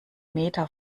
meter